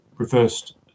reversed